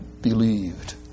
believed